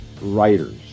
writers